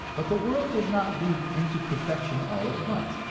but the world does not leap into perfection all at once,